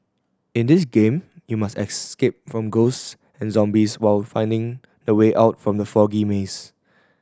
in this game you must escape from ghosts and zombies while finding the way out from the foggy maze